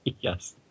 Yes